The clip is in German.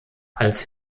als